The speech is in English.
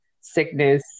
sickness